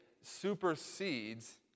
supersedes